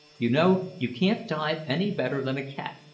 you know you can't dive any better than a cat.